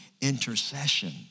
intercession